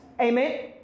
amen